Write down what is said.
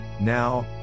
now